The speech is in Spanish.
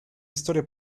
historia